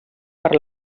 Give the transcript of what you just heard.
per